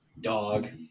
dog